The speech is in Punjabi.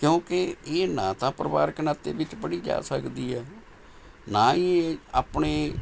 ਕਿਉਂਕਿ ਇਹ ਨਾ ਤਾਂ ਪਰਿਵਾਰਕ ਨਾਤੇ ਵਿੱਚ ਪੜ੍ਹੀ ਜਾ ਸਕਦੀ ਹੈ ਨਾ ਹੀ ਇਹ ਆਪਣੇ